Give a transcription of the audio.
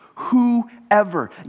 Whoever